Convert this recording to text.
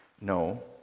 No